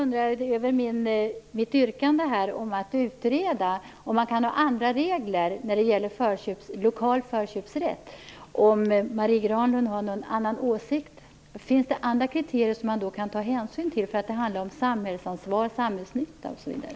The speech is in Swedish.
När det gäller mitt yrkande om att utreda och om det går att ha andra regler när det gäller lokal förköpsrätt har kanske Marie Granlund en annan åsikt. Men finns det andra kriterier att ta hänsyn till? Det handlar ju om samhällsansvar, samhällsnytta osv.